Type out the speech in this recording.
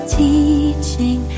teaching